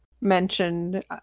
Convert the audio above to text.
mentioned